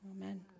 Amen